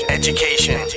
education